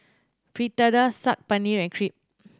Fritada Saag Paneer and Crepe